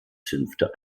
zünfte